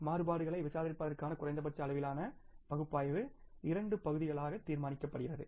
மாறுபாடுகளை விசாரிப்பதற்கான குறைந்தபட்ச அளவிலான பகுப்பாய்வு இரண்டு பகுதிகளாக தீர்மானிக்கப்படுகிறது